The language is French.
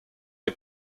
est